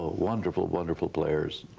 ah wonderful, wonderful players,